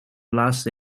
laatste